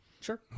Sure